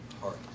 heart